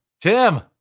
Tim